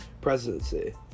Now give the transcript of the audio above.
presidency